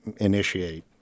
initiate